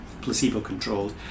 placebo-controlled